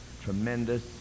tremendous